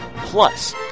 Plus